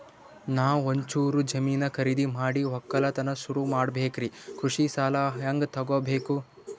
ನಾ ಒಂಚೂರು ಜಮೀನ ಖರೀದಿದ ಮಾಡಿ ಒಕ್ಕಲತನ ಸುರು ಮಾಡ ಬೇಕ್ರಿ, ಕೃಷಿ ಸಾಲ ಹಂಗ ತೊಗೊಬೇಕು?